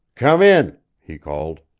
come in! he called.